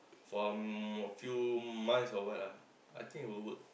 for um a few months or what lah I think I will work